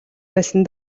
больсон